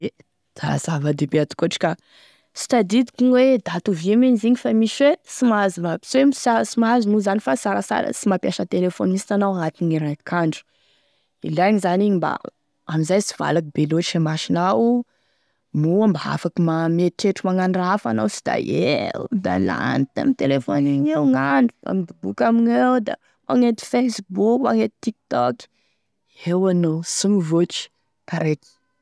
E da zava-dehibe atokotry ka, sy tadidiko igny hoe daty ovia m'igny izigny fa misy hoe sy mahazo ma, sy hoe sy mahazo moa zany fa sarasara anao sy mampiasa téléphone mihisy anao agn'atiny raiky andro, ilaigny zany igny mba amin'izay sy valaky be lotry e masonao moa mba afaky ma mieritreritry magnano raha hafa anao fa sy da eo da lany tamine téléphone iny eo gn'andro da midoboky amigneo da magnenty Facebook, magnenty tiktok eo anao sy mivoatry, taraiky.